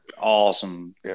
awesome